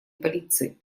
полиции